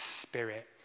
spirit